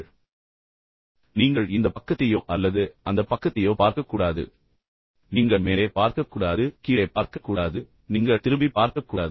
எனவே அது ஆனால் நீங்கள் அதை பராமரிக்க வேண்டும் என்பது முக்கியம் நீங்கள் இந்த பக்கத்தையோ அல்லது அந்த பக்கத்தையோ பார்க்கக்கூடாது அல்லது நீங்கள் மேலே பார்க்கக்கூடாது அல்லது நீங்கள் கீழே பார்க்கக்கூடாது நீங்கள் திரும்பிப் பார்க்கக்கூடாது